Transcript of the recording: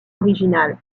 originale